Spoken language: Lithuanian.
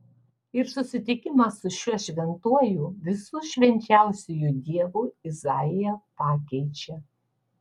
ir susitikimas su šiuo šventuoju visų švenčiausiuoju dievu izaiją pakeičia